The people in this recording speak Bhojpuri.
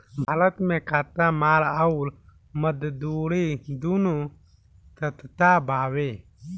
भारत मे कच्चा माल अउर मजदूरी दूनो सस्ता बावे